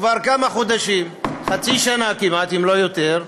כבר כמה חודשים, כמעט חצי שנה, אם לא יותר,